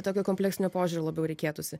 tokio kompleksinio požiūrio labiau reikėtųsi